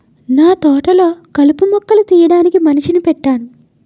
నాతోటలొ కలుపు మొక్కలు తీయడానికి మనిషిని పెట్టేను